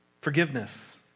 forgiveness